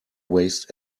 waste